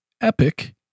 Epic